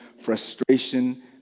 frustration